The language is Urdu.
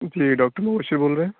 جی ڈاکٹر مبشر بول رہے ہیں